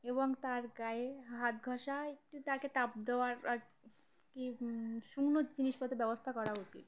এবং তার গায়ে হাত ঘষা একটু তাকে প দেওয়ার কি শুকনো জিনিসপত্র ব্যবস্থা করা উচিত